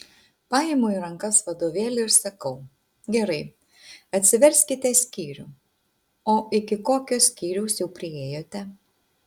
paimu į rankas vadovėlį ir sakau gerai atsiverskite skyrių o iki kokio skyriaus jau priėjote